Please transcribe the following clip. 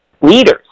leaders